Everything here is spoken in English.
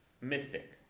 mystic